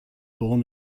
born